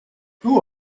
who